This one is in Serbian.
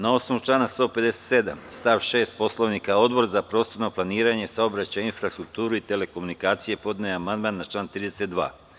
Na osnovu člana 157. stav 6. Poslovnika, Odbor za prostorno planiranje, saobraćaj, infrastrukturu i telekomunikacije podneo je amandman na član 32.